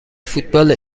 فوتبال